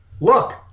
look